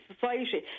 society